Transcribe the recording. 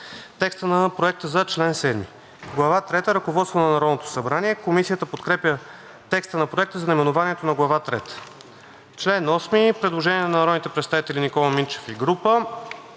текста на Проекта за чл. 7. Глава трета – „Ръководство на Народното събрание“. Комисията подкрепя текста на Проекта за наименованието на Глава трета. По чл. 8 има предложение на народния представител Никола Минчев и група.